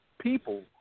people